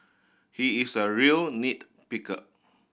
he is a real nit picker